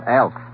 elf